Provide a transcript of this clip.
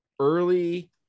early